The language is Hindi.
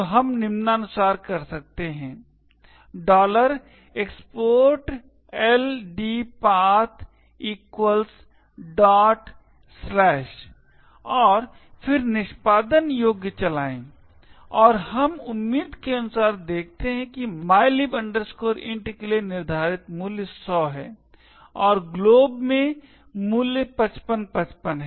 तो हम निम्नानुसार कर सकते हैं export LD path और फिर निष्पादन योग्य चलाएं और हम उम्मीद के अनुसार देखते हैं कि mylib int के लिए निर्धारित मूल्य 100 है और glob में मूल्य 5555 है